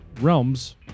realms